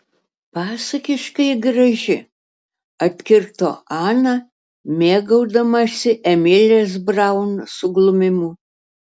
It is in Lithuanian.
pasakiškai graži atkirto ana mėgaudamasi emilės braun suglumimu